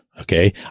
okay